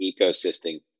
ecosystem